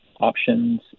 options